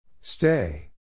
Stay